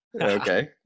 Okay